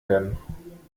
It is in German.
werden